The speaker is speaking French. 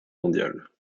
mondiale